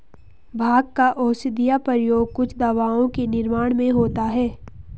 भाँग का औषधीय प्रयोग कुछ दवाओं के निर्माण में होता है